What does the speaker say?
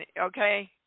okay